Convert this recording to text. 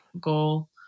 goal